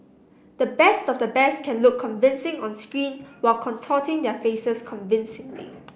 the best of the best can look convincing on screen while contorting their faces convincingly